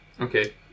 Okay